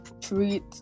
treat